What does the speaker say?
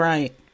Right